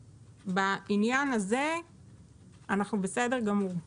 בעניין הזה אנחנו בסדר גמור.